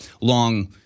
long